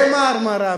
ו"מרמרה",